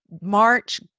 March